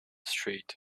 street